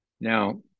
Now